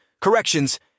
corrections